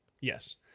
yes